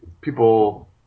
people